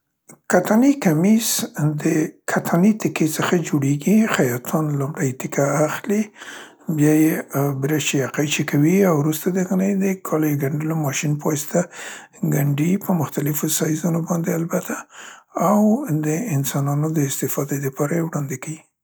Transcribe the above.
کتاني کمیس د کتاني تکې څخه جوړیګي. خیاطان لومړی تکه اخلي بیا یې برش یا قیچي کوي او وروسته د هغه نه یې د کالیو ګنډلو د ماشین په واسطه ګنډي په مختلفو سایزونو البته او د انسانانو د استفادې دپاره وړاندې کيي.